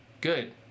Good